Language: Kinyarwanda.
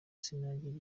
sinagira